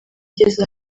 igeze